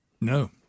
No